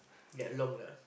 get along lah